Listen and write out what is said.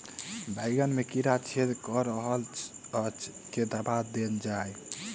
बैंगन मे कीड़ा छेद कऽ रहल एछ केँ दवा देल जाएँ?